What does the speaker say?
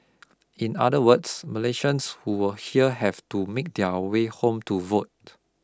in other words Malaysians who are here have to make their way home to vote